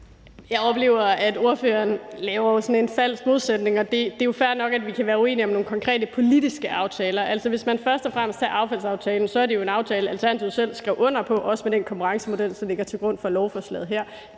Jeg oplever, at ordføreren laver en falsk modsætning. Det er jo fair nok, at vi kan være uenige om nogle konkrete politiske aftaler. Altså, hvis man først og fremmest tager affaldsaftalen, er det jo en aftale, som Alternativet selv skrev under på, også med den konkurrencemodel, der ligger til grund for lovforslaget.